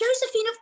Josephine